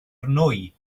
nwy